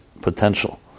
potential